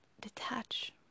detach